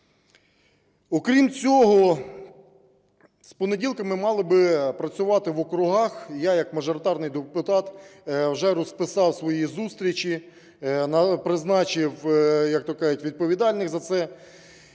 Окрім цього, з понеділка ми мали би працювати в округах і я як мажоритарний депутат вже розписав свої зустрічі, призначив, як то кажуть, відповідальних за це